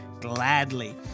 gladly